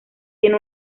tiene